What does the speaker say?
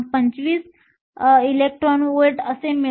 25 electron volt असे मिळेल